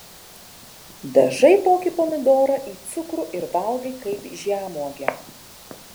dažai tokį pomidorą į cukrų ir valgai kaip žemuogę